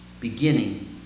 beginning